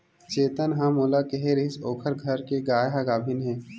चेतन ह मोला केहे रिहिस ओखर घर के गाय ह गाभिन हे